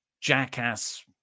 jackass